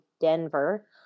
Denver